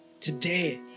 today